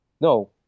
no